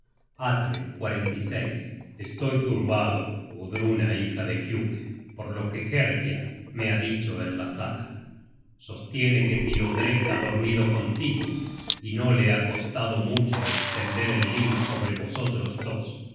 atle estoy turbado gudruna hija de giuke por lo que herkia me ha dicho en la sala sostiene que tiodrek ha dormido contigo y no le ha costado mucho estender el lino sobre vosotros dos